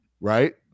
Right